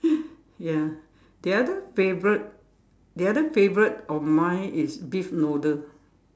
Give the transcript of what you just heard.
ya the other favourite the other favourite of mine is beef noodle